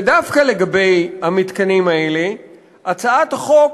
ודווקא לגבי המתקנים האלה הצעת החוק